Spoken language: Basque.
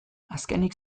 azkenik